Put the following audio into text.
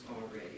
already